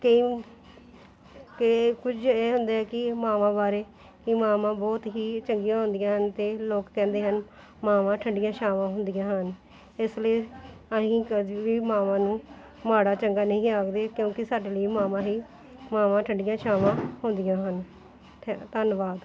ਕਈ ਕਿ ਕੁਝ ਇਹ ਹੁੰਦੇ ਹੈ ਕਿ ਮਾਵਾਂ ਵਾਰ੍ਹੇ ਕਿ ਮਾਵਾਂ ਬਹੁਤ ਹੀ ਚੰਗੀਆਂ ਹੁੰਦੀਆਂ ਹਨ ਅਤੇ ਲੋਕ ਕਹਿੰਦੇ ਹਨ ਮਾਵਾਂ ਠੰਢੀਆਂ ਛਾਵਾਂ ਹੁੰਦੀਆਂ ਹਨ ਇਸ ਲਈ ਅਸੀਂ ਕਦੀ ਵੀ ਮਾਵਾਂ ਨੂੰ ਮਾੜਾ ਚੰਗਾ ਨਹੀਂ ਆਖਦੇ ਕਿਉਂਕਿ ਸਾਡੇ ਲਈ ਮਾਵਾਂ ਹੀ ਮਾਵਾਂ ਠੰਢੀਆਂ ਛਾਵਾਂ ਹੁੰਦੀਆਂ ਹਨ ਥੈ ਧੰਨਵਾਦ